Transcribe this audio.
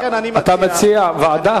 אתה מציע ועדה?